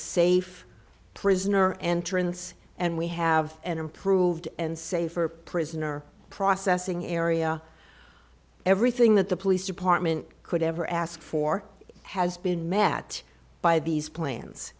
safe prisoner entrance and we have an improved and safer prisoner processing area everything that the police department could ever ask for has been met by these plans